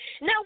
now